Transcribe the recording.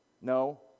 No